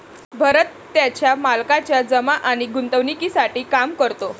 भरत त्याच्या मालकाच्या जमा आणि गुंतवणूकीसाठी काम करतो